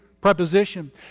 preposition